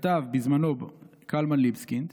שכתב בזמנו קלמן ליבסקינד,